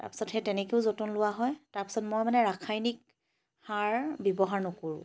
তাৰ পাছত সেই তেনেকৈও যতন লোৱা হয় তাৰ পাছত মই মান ৰাসায়নিক সাৰ ব্যৱহাৰ নকৰোঁ